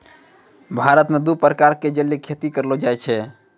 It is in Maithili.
भारत मॅ दू प्रकार के जलीय खेती करलो जाय छै